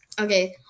Okay